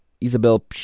Isabel